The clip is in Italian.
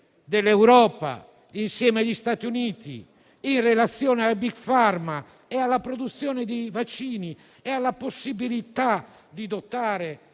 dell'Europa insieme agli Stati Uniti, in relazione a *big pharma*, alla produzione di vaccini e alla possibilità di dotare